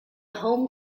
home